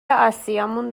آسیامون